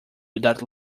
without